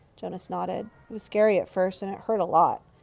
jonas nodded. it was scary at first. and it hurt a lot.